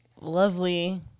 lovely